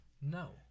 no